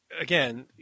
again